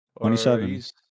27